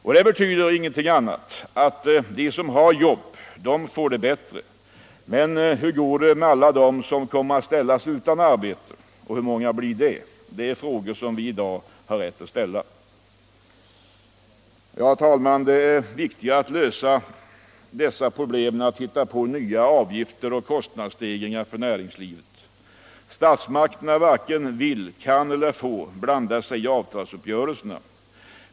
Detta betyder ingenting annat än att de som har jobb får det bättre. Men hur går det för alla dem som kommer att ställas utan arbete? Och hur många blir det? Det är frågor vi i dag har rätt att ställa. Ja, herr talman, är det viktigare att lösa dessa problem än att hitta på nya avgifter och kostnadsstegringar för näringslivet. Statsmakterna varken vill, kan eller får blanda sig i avtalsuppgörelserna.